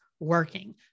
Working